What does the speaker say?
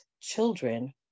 children